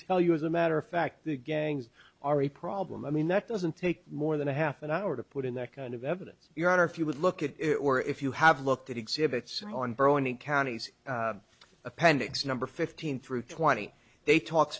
tell you as a matter of fact the gangs are a problem i mean that doesn't take more than a half an hour to put in that kind of evidence your honor if you would look at it or if you have looked at exhibits on brony county's appendix number fifteen through twenty they talk